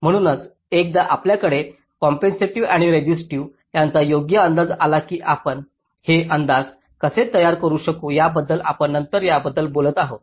म्हणूनच एकदा आपल्याकडे कॅपेसिटिव्ह आणि रेसिस्टिव्ह यांचा योग्य अंदाज आला की आपण हे अंदाज कसे तयार करू शकू याबद्दल आपण नंतर याबद्दल बोलत आहोत